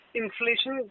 inflation